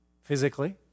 physically